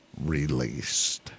released